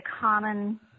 common